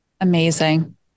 Amazing